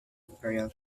imperial